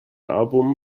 album